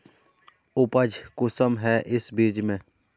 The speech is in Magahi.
उपज कुंसम है इस बीज में?